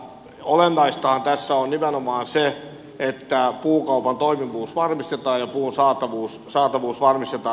olennaistahan tässä on nimenomaan se että puukaupan toimivuus varmistetaan ja puun saatavuus varmistetaan